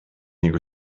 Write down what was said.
niego